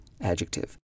adjective